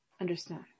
Understand